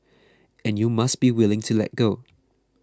and you must be willing to let go